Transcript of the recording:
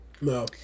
no